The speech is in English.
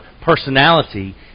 personality